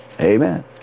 Amen